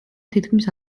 თითქმის